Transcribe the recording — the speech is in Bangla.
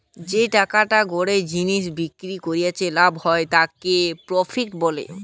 যেই টাকাটা গটে জিনিস বিক্রি করিয়া লাভ হয় তাকে প্রফিট বলে